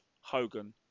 Hogan